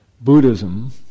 Buddhism